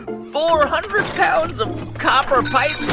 four hundred pounds of copper pipe.